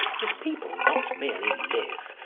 his people not merely live,